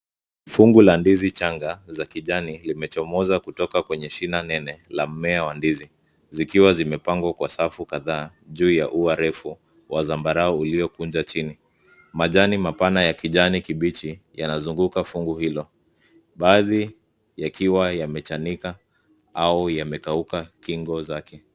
Fungu la ndizi changaa za kijani limechomoza kutoka kwenye shina nene la mmea wa ndizi, zikiwa zimepangwa kwa safu kathaa juu ya ua refu wa zambarau ulio kunja chini, majani mapana ya kijani kibichi yanazunguka fungu hilo, baadhi yakiwa yamechanika au yamekauka kingo zake.